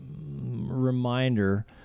reminder